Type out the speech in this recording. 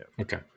Okay